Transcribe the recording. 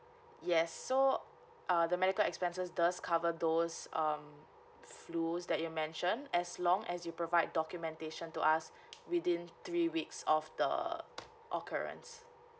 yes so uh the medical expenses does cover those um flu that you mentioned as long as you provide documentation to us within three weeks of the occurrence